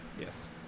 Yes